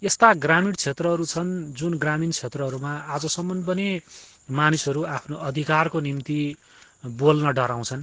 यस्ता ग्रामीण क्षेत्रहरू छन् जुन ग्रामिण क्षेत्रहरूमा आजसम्म पनि मानिसहरू आफ्नो अधिकारको निम्ति बोल्न डराउँछन्